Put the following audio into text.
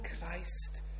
Christ